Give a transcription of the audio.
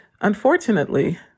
unfortunately